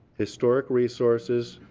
historic resources,